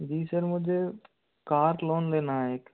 जी sir मुझे car loan लेना है एक